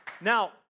Now